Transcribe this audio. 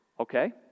Okay